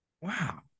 Wow